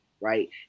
right